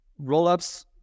Rollups